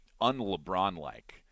un-LeBron-like